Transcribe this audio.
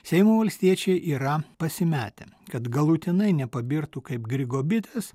seimo valstiečiai yra pasimetę kad galutinai nepabirtų kaip grigo bitės